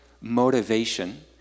motivation